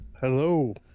Hello